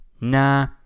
nah